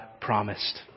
promised